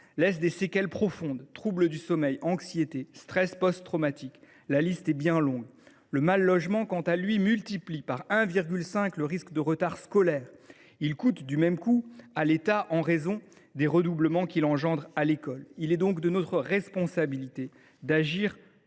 laisse des séquelles profondes : troubles du sommeil, anxiété, stress post traumatique – la liste est bien longue… Le mal logement, quant à lui, multiplie par 1,5 le risque de retard scolaire. Il a un coût pour l’État en raison des redoublements qu’il engendre. Il est de notre responsabilité d’agir